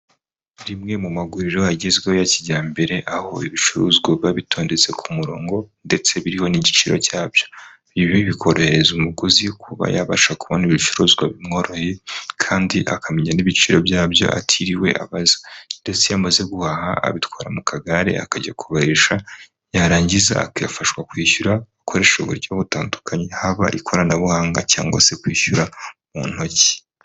Rimwe mu maguriro agezweho ya kijyambere, aho ibicuruzwa bi bitondetse ku murongo ndetse biriho n'igiciro cyabyo. Ibi bikorohereza umuguzi kuba yabasha kubona ibicuruzwa bimworoheye kandi akamenya n'ibiciro byabyo atiriwe abaza ndetse iyo amaze guhaha abitwara mu kagare akajya kubarisha, yarangiza akifashwa kwishyura akoresha uburyo butandukanye, haba ikoranabuhanga cyangwa se kwishyura mu ntoki.